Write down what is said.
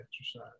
exercise